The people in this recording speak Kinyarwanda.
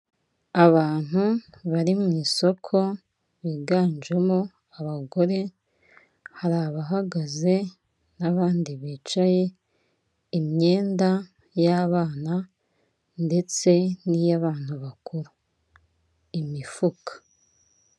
Abantu bari mu isoko biganjemo abagore, hari abahagaze n'abandi bicaye, imyenda y'abana ndetse n'iy'abantu bakuru, imifuka.